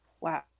wow